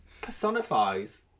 personifies